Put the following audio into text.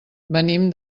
venim